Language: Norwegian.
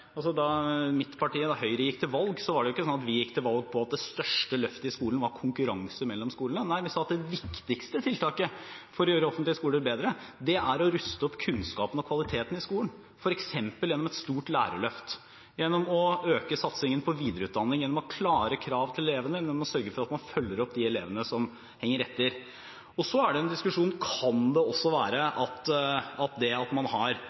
ikke slik at vi gikk til valg på at det største løftet i skolen var konkurranse mellom skolene. Nei, vi sa at det viktigste tiltaket for å gjøre offentlig skole bedre er å ruste opp kunnskapen og kvaliteten i skolen, f.eks. gjennom et stort lærerløft, gjennom å øke satsingen på videreutdanning, at en må ha klare krav til elevene, og sørge for at man følger opp de elevene som henger etter. Og så er det en diskusjon: Kan det også være slik at det at man har